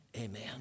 Amen